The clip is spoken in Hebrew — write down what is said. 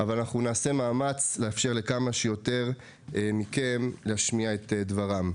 אבל נעשה מאמץ לאפשר לכמה שיותר מכם להשמיע את דבריכם.